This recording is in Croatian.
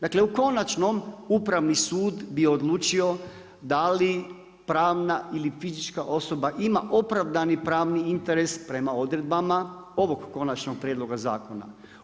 Dakle u konačnom upravni sud bi odlučio da li pravna ili fizička osoba ima opravdani pravni interes prema odredbama ovog konačnog prijedloga zakona.